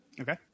okay